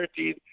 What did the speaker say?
13